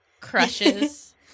crushes